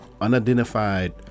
unidentified